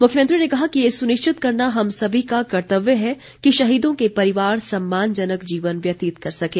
मुख्यमंत्री ने कहा कि ये सुनिश्चित करना हम सभी का कर्तव्य है कि शहीदों के परिवार सम्मानजनक जीवन व्यतीत कर सकें